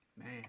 Man